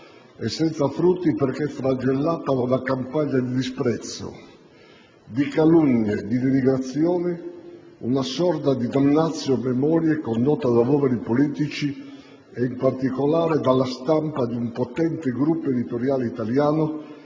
e senza frutti, perché flagellato da una campagna di disprezzo, di calunnie e di denigrazioni, una sorta di *damnatio memoriae* in vita, condotta da uomini politici ed in particolare dalla stampa di un potente gruppo editoriale italiano